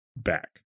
back